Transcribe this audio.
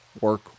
work